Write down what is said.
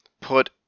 put